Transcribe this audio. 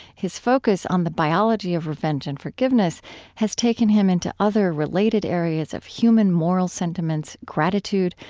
his focus on the biology of revenge and forgiveness has taken him into other related areas of human moral sentiments, gratitude,